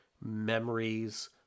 memories